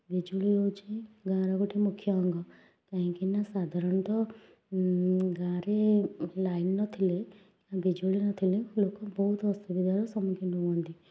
ବିଜୁଳି ହେଉଛି ଗାଁର ଗୋଟେ ମୁଖ୍ୟ ଅଙ୍ଗ କାହିଁକି ନା ସାଧାରଣତଃ ଗାଁରେ ଲାଇନ୍ ନ ଥିଲେ ବିଜୁଳି ନ ଥିଲେ ଲୋକ ବହୁତ ଅସୁବିଧାର ସମ୍ମୁଖୀନ ହୁଅନ୍ତି